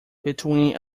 between